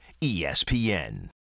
ESPN